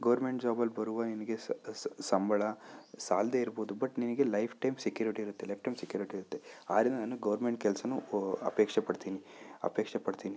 government ಜಾಬಲ್ಲಿ ಬರುವ ನಿನಗೆ ಸಂಬಳ ಸಾಲದೇ ಇರಬೋದು ಬಟ್ ನಿನಗೆ ಲೈಫ್ ಟೈಮ್ ಸೆಕ್ಯುರಿಟಿ ಇರುತ್ತೆ ಲೈಫ್ ಟೈಮ್ ಸೆಕ್ಯುರಿಟಿ ಇರುತ್ತೆ ಆದ್ರಿಂದ ನಾನು ಗೋರ್ಮೆಂಟ್ ಕೆಲ್ಸವು ಅಪೇಕ್ಷೆಪಡ್ತೀನಿ ಅಪೇಕ್ಷೆಪಡ್ತೀನಿ